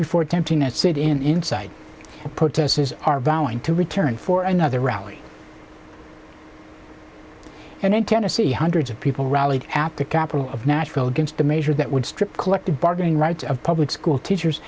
before attempting that sit in inside protesters are vowing to return for another rally and in tennessee hundreds of people rallied at the capital of nashville against the measure that would strip collective bargaining rights of public school teachers